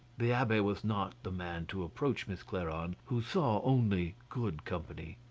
the abbe was not the man to approach miss clairon, who saw only good company.